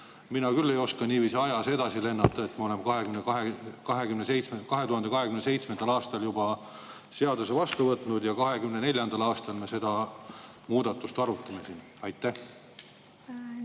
Mina küll ei oska niiviisi ajas edasi lennata, et ma olen 2027. aastal juba seaduse vastu võtnud, aga 2024. aastal me seda muudatust siin arutame. Arvo